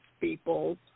people